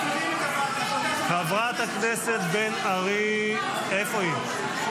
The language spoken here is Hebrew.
חברת הכנסת בן ארי, איפה היא?